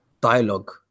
dialogue